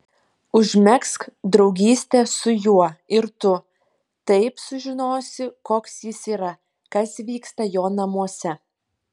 užmegzk draugystę su juo ir tu taip sužinosi koks jis yra kas vyksta jo namuose